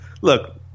Look